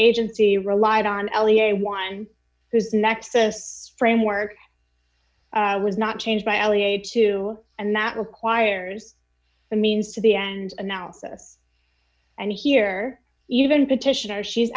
agency relied on l e a one whose nexus framework was not changed by only a two and that requires the means to the end analysis and here even petitioners she's